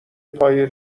پای